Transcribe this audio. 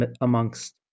amongst